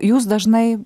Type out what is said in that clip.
jūs dažnai